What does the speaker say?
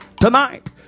Tonight